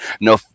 no